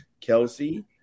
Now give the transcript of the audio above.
Kelsey